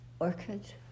orchid